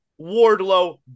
Wardlow